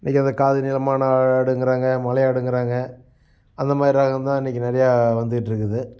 இன்னைக்கு அது காது நீளமான ஆடுங்கிறாங்க மலை ஆடுங்கிறாங்க அந்த மாதிரி ரகந்தான் இன்னைக்கு நிறைய வந்துகிட்ருக்குது